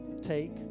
take